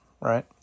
right